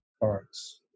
parts